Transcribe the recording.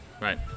Right